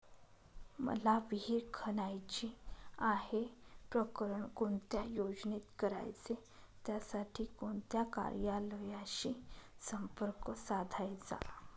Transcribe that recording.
मला विहिर खणायची आहे, प्रकरण कोणत्या योजनेत करायचे त्यासाठी कोणत्या कार्यालयाशी संपर्क साधायचा?